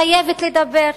חייבת לדבר,